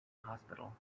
hospital